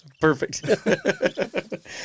Perfect